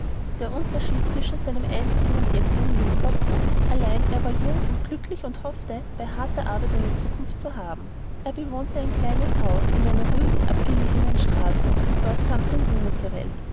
der unterschied zwischen seinem einstigen und jetzigen leben war groß allein er war jung und glücklich und hoffte bei harter arbeit eine zukunft zu haben er bewohnte ein kleines häuschen in einer ruhigen abgelegenen straße und dort kam sein junge zur welt